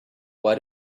why